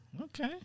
Okay